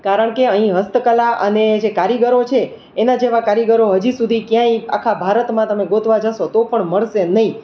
કારણ કે અહીં હસ્ત કલા અને જે કારીગરો છે એના જેવા કારીગરો હજી સુધી ક્યાંય આખા ભારતમાં તમે ગોતવા જશો તો પણ મળશે નહીં